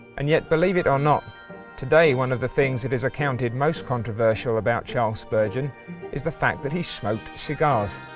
and yet believe it or not today, one of the things that is accounted most controversial about charles spurgeon is the fact that he smoked cigars.